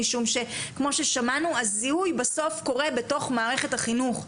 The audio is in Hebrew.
משום שכמו ששמענו הזיהוי קורה בסוף במערכת החינוך,